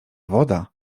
woda